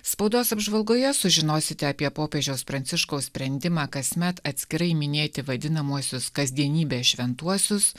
spaudos apžvalgoje sužinosite apie popiežiaus pranciškaus sprendimą kasmet atskirai minėti vadinamuosius kasdienybės šventuosius